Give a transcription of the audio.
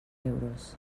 euros